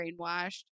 brainwashed